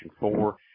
four